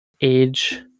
age